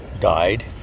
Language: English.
died